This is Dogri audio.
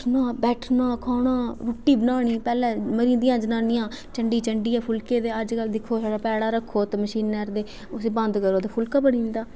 उट्ठना बैठना खाना रुट्टी बनानी पैहलें मरी जंदियां हियां प चंडी चंडियै फुलके ते अजकल दिक्खो ते पेड़ा रक्खो मशीना र ते उसी बंद करो ते फुलका बनी जंदा